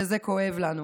וזה כואב לנו",